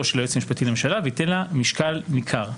של היועץ המשפטי לממשלה וייתן לה משקל ניכר.